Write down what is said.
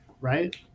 Right